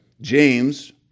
James